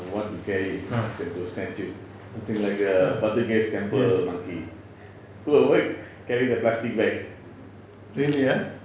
yes really ah